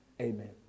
amen